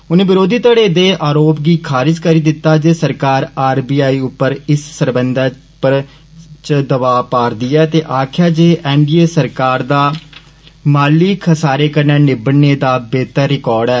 उनें विरोधी धड़े दे आरोप गी खारिज करी दिता जे सरकार आर बी आई उप्पर सरबंधै च दवा पारदी ऐ ते आक्खेआ जे एन डी ए सरकार दा माली सारे कन्नै निबड़ने दा बेहतर रिकार्ड ऐ